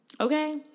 okay